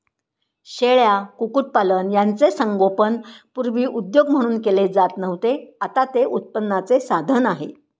शेळ्या, कुक्कुटपालन यांचे संगोपन पूर्वी उद्योग म्हणून केले जात नव्हते, आता ते उत्पन्नाचे साधन आहे